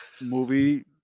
movie